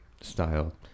style